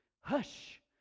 Hush